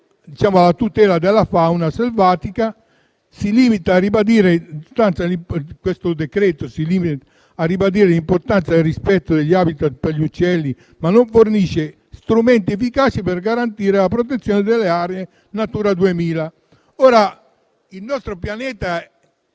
13 e alla tutela della fauna selvatica. Questo decreto si limita a ribadire l'importanza del rispetto degli *habitat* per gli uccelli, ma non fornisce strumenti efficaci per garantire la protezione delle aree Natura 2000. Il nostro pianeta